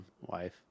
wife